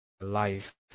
life